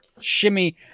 shimmy